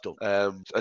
done